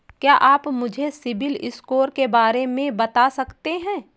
क्या आप मुझे सिबिल स्कोर के बारे में बता सकते हैं?